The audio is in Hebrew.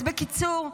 אז בקיצור,